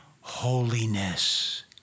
holiness